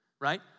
right